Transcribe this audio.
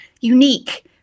unique